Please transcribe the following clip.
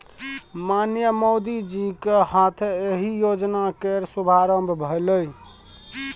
माननीय मोदीजीक हाथे एहि योजना केर शुभारंभ भेलै